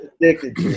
dick